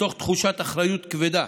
מתוך תחושת אחריות כבדה,